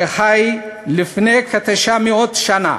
שחי לפני כ-900 שנה.